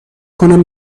کنم